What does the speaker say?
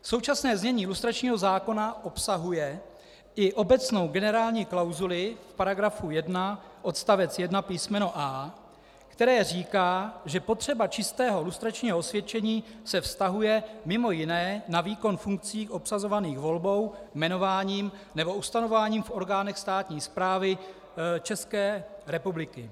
Současné znění lustračního zákona obsahuje i obecnou generální klauzuli v § 1 odst. 1 písm. a), které říká, že potřeba čistého lustračního osvědčení se vztahuje mimo jiné na výkon funkcí obsazovaných volbou, jmenováním nebo ustanovováním v orgánech státní správy České republiky.